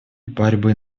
борьбы